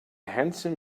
handsome